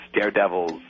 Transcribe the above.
daredevils